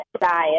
diet